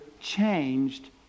changed